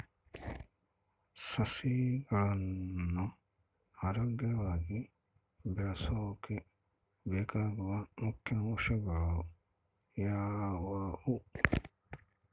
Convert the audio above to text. ಸಸಿಗಳನ್ನು ಆರೋಗ್ಯವಾಗಿ ಬೆಳಸೊಕೆ ಬೇಕಾಗುವ ಮುಖ್ಯ ಅಂಶಗಳು ಯಾವವು?